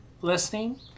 listening